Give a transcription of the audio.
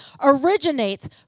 originates